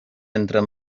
entren